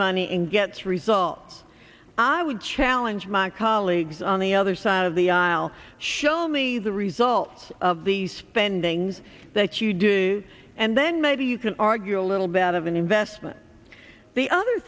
money in gets results i would challenge my colleagues on the other side of the aisle show me the results of the spending that you do and then maybe you can argue a little bit of an investment the other